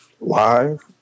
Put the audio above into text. live